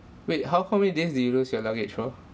wait how how many days did you lose your luggage for